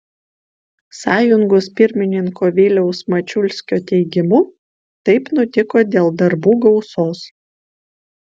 sąjungos pirmininko viliaus mačiulskio teigimu taip nutiko dėl darbų gausos